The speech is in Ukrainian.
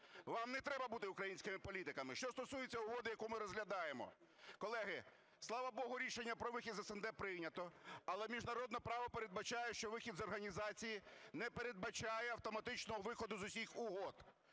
вам не треба бути українськими політиками. Що стосується угоди, яку ми розглядаємо. Колеги, слава Богу, рішення про вихід з СНД прийнято, але міжнародне право передбачає, що вихід з організації не передбачає автоматичного виходу з усіх угод.